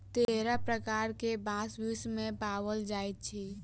तेरह प्रकार के बांस विश्व मे पाओल जाइत अछि